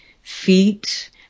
feet